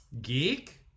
geek